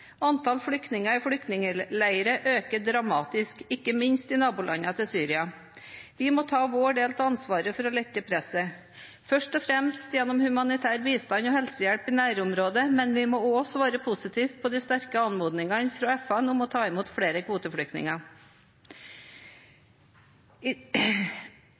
Antall flyktninger i flyktningleirer øker dramatisk, ikke minst i nabolandene til Syria. Vi må ta vår del av ansvaret for å lette presset, først og fremst gjennom humanitær bistand og helsehjelp i nærområdene, men vi må også svare positivt på de sterke anmodningene fra FN om å ta imot flere kvoteflyktninger.